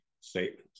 statements